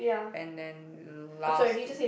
and then last to